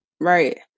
right